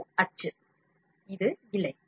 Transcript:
இது அச்சு இது இழை